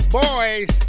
boys